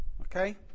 Okay